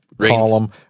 column